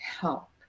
help